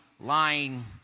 lying